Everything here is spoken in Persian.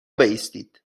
بایستید